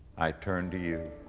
i turn to you.